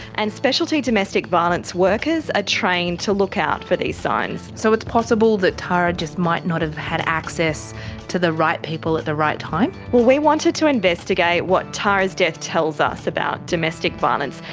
and speciality domestic violence workers are ah trained to look out for these signs. so it's possible that tara just might not have had access to the right people at the right time? well, we wanted to investigate what tara's death tells us about domestic violence,